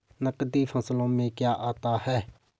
नकदी फसलों में क्या आता है?